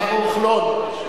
השר כחלון,